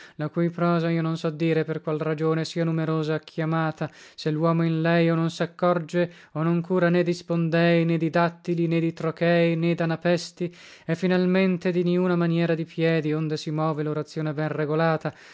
la cui prosa io non so dire per qual ragione sia numerosa chiamata se luomo in lei o non saccorge o non cura né di spondei né di dattili né di trochei né danapesti e finalmente di niuna maniera di piedi onde si move lorazione ben regolata